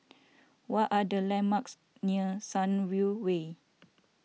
what are the landmarks near Sunview Way